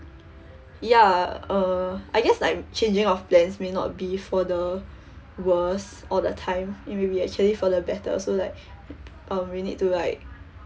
ya uh I guess like changing of plans may not be for the worse all the time it may be actually for the better so like um we need to like